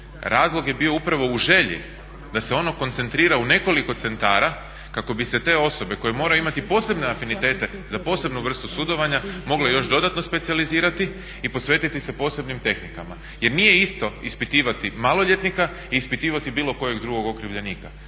Razlog je bio upravo u želji da se ono koncentrira u nekoliko centara kako bi se te osobe koje moraju imati posebne afinitete za posebnu vrstu sudovanja mogle još dodatno specijalizirati i posvetiti se posebnim tehnikama. Jer nije isto ispitivati maloljetnika i ispitivati bilo kojeg drugog okrivljenika.